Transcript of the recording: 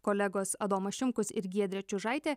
kolegos adomas šimkus ir giedrė čiužaitė